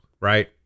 right